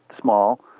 small